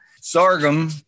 sorghum